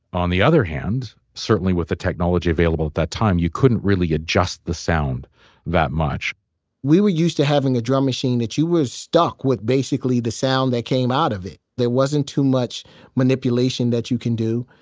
on the other hand, certainly with the technology available at that time, you couldn't really adjust the sound that much we were used to having a drum machine that you were stuck with basically the sound that came out of it. there wasn't too much manipulation that you can do,